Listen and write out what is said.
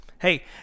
Hey